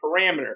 parameter